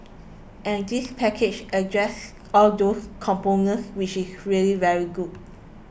and this package addresses all those components which is really very good